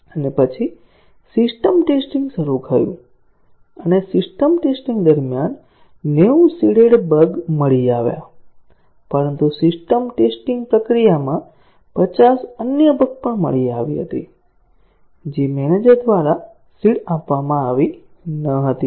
અને પછી system testing શરૂ થયું અને સિસ્ટમ ટેસ્ટીંગ દરમિયાન 90 સીડેડ બગ મળી આવ્યા પરંતુ સિસ્ટમ ટેસ્ટીંગ પ્રક્રિયામાં 50 અન્ય બગ પણ મળી આવી હતી જે મેનેજર દ્વારા સીડ આપવામાં આવી ન હતી